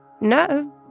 No